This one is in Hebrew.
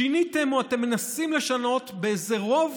שיניתם, או אתם מנסים לשנות, באיזה רוב